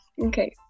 Okay